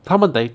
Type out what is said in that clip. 他们 the~